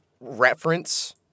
reference